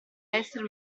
essere